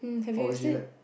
originate